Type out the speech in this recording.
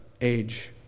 age